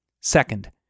Second